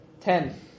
Ten